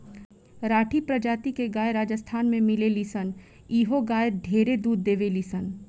राठी प्रजाति के गाय राजस्थान में मिलेली सन इहो गाय ढेरे दूध देवेली सन